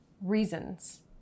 reasons